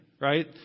Right